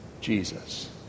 Jesus